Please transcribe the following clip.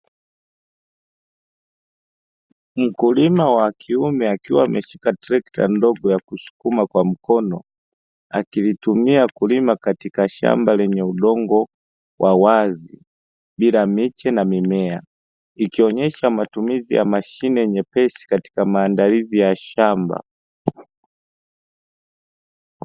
Mkulima wa kiume akiwa ameshika trekta ndogo ya kusukuma kwa mkono akilitumia kulima katika shamba lenye udongo wa wazi bila miche na mimea, ikionyesha matumizi ya mashine nyepesi katika maandalizi ya shamba.